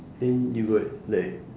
then you got like